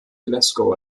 glasgow